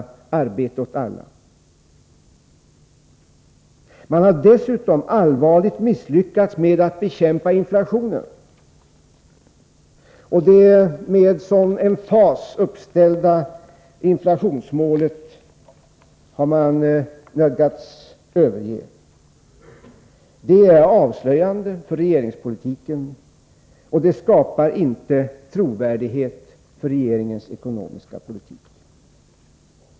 Regeringen har dessutom allvarligt misslyckats med att bekämpa inflationen, och den har nödgats överge det med sådan emfas angivna inflationsmålet. Det är avslöjande för regeringspolitiken, och det skapar inte trovärdighet för regeringens ekonomiska politik.